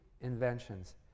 inventions